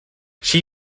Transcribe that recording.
she